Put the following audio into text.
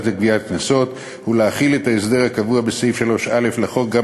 לגביית קנסות ולהחיל את ההסדר הקבוע בסעיף 3א לחוק גם